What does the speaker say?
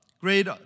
great